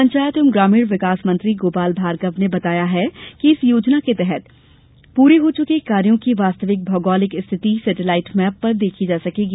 पंचायत एवं ग्रामीण विकास मंत्री गोपाल भार्गव ने बताया कि इस योजना के तहत पूर्ण हो चुके कार्यों की वास्तविक भौगोलिक स्थिति सेटेलाइट मैप पर देखी जा सकेगी